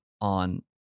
on